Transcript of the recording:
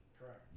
Correct